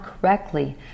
correctly